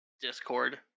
Discord